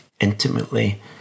intimately